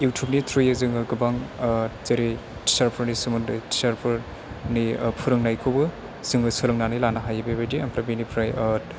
इउथुबनि थ्रुयै जोङो गोबां जेरै टिसारफोरनि सोमोन्दै टिसारफोरनि फोरोंनायखौबो सोलोंनानै लानो हायो बेबायदि बेनिफ्राय